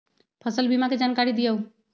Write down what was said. फसल बीमा के जानकारी दिअऊ?